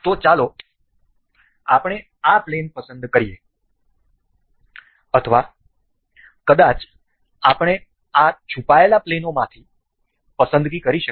તો ચાલો આપણે આ પ્લેન પસંદ કરીએ અથવા કદાચ આપણે આ છુપાયેલા પ્લેનોમાંથી પસંદગી કરી શકીએ